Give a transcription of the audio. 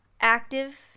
active